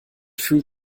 fühlt